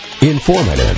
Informative